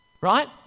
Right